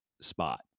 spot